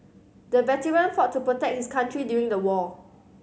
the veteran fought to protect his country during the war